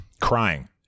crying